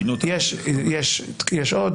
יש עוד,